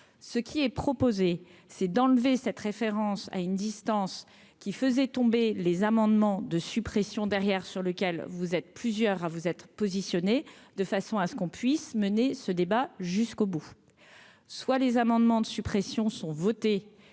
ce qui est proposé. C'est d'enlever cette référence à une distance qui faisait tomber les amendements de suppression derrière sur lequel vous êtes plusieurs à vous être positionné de façon à ce qu'on puisse mener ce débat jusqu'au bout, soit les amendements de suppression sont et